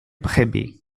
brebis